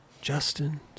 Justin